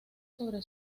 sobre